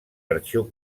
arxiu